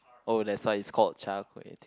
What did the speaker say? oh that's why it's called Char-Kway-Teow